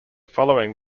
following